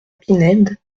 pinède